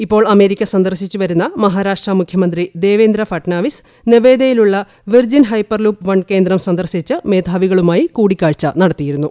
ഇപ്പോൾ അമേരിക്ക സന്ദർശിച്ചു വരുന്ന മഹാരാഷ്ട്ര മുഖ്യമന്ത്രി ദേവേന്ദ്ര ഫട്നാവിസ് നെവേദയിലുള്ള വിർജിൻ ഹൈപ്പർലൂപ്പ് വൺ കേന്ദ്രം സന്ദർശിച്ച് മേധാവികളുമായി കൂടിക്കാഴ്ച നടത്തിയിരുന്നു